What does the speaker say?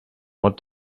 what